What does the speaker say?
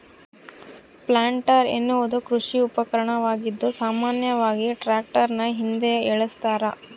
planter ಎನ್ನುವುದು ಕೃಷಿ ಉಪಕರಣವಾಗಿದ್ದು ಸಾಮಾನ್ಯವಾಗಿ ಟ್ರಾಕ್ಟರ್ನ ಹಿಂದೆ ಏಳಸ್ತರ